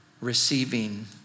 receiving